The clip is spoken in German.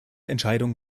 entscheidung